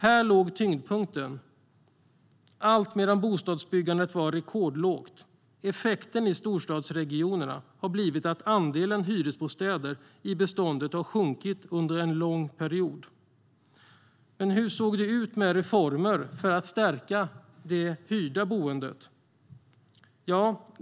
Här låg tyngdpunkten, alltmedan bostadsbyggandet var rekordlågt. I storstadsregionerna har effekten blivit att andelen hyresbostäder i beståndet har sjunkit under en lång period. Men hur såg det ut med reformer för att stärka det hyrda boendet?